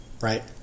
right